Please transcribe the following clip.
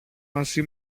μαζί